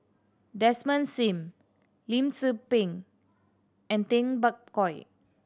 Desmond Sim Lim Tze Peng and Tay Bak Koi